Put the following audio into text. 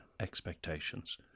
expectations